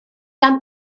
gan